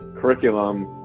curriculum